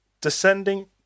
Descending